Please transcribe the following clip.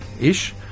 Ish